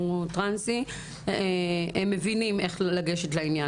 הם מבינים איך לגשת לעניין.